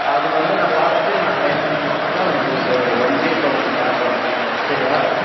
அது வந்து நான் பார்த்துட்டு நான் சைன் பண்ணிகொடுத்துற உங்களுக்கு ஒரு ஒன் வீக்குள்ளே உங்களுக்கு கார்டு வந்துரும் சரியா